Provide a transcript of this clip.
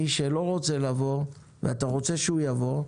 מי שלא רוצה לבוא ואתה רוצה שהוא יבוא,